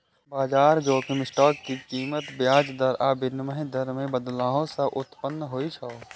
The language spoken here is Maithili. बाजार जोखिम स्टॉक के कीमत, ब्याज दर आ विनिमय दर मे बदलाव सं उत्पन्न होइ छै